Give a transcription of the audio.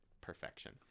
perfection